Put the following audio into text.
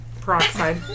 peroxide